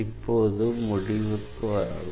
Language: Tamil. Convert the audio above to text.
இப்போது முடிவுக்கு வரலாம்